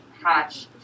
hatch